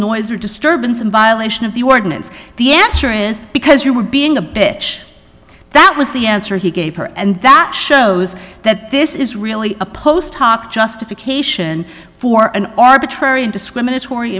noise or disturbance in violation of the ordinance the answer is because you were being a bitch that was the answer he gave her and that shows that this is really a post hoc justification for an arbitrary discriminatory